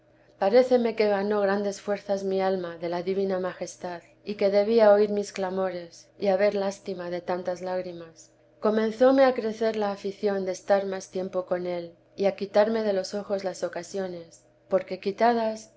mortal paréceme que ganó grandes fuerzas mi alma de la divina majestad y que debía oír mis clamores y haber lástima de tantas lágrimas comenzóme a crecer la afición de estar más tiempo con él y a quitarme de los ojos las ocasiones porque quitadas